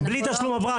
בלי תשלום הבראה.